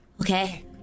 Okay